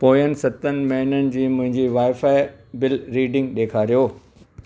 पोइनि सतनि महिननि जी मुंहिंजी वाईफाई बिल रीडिंग ॾेखारियो